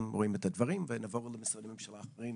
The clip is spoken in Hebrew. רואים את הדברים ואז נעבור למשרדי ממשלה נוספים,